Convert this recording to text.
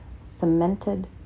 cemented